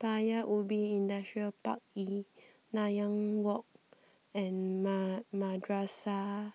Paya Ubi Industrial Park E Nanyang Walk and Madrasah